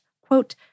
quote